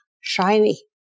shiny